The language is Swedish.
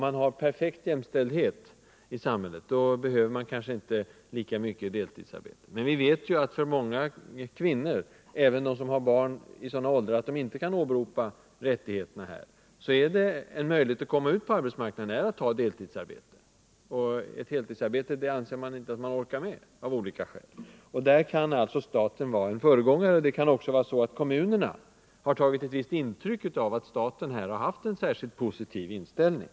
Med en perfekt jämställdhet i samhället behövs kanske inte lika mycket deltidsarbete. Men vi vet ju att en möjlighet att komma ut på arbetsmarknaden för många kvinnor — även för dem som har barn i sådana åldrar att de inte kan åberopa rättigheterna till deltidsarbete — är att ta deltidsarbete. De 11 kanske anser att de inte orkar med ett heltidsarbete, av olika skäl. Där kan staten vara en föregångare. Det är också troligt att kommunerna har tagit ett visst intryck av att staten har haft en särskilt positiv inställning.